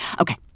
Okay